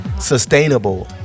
sustainable